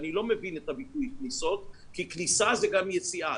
אני לא מבין את הביטוי כניסות כי כניסה זה גם יציאה.